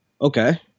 Okay